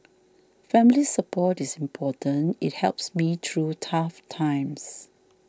family support is important it helps me through tough times